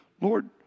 Lord